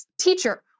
teacher